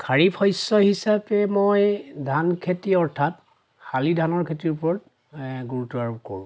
খাৰিপ শস্য হিচাপে মই ধান খেতি অৰ্থাৎ শালি ধানৰ খেতিৰ ওপৰত গুৰুত্ব আৰোপ কৰোঁ